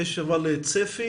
יש צפי?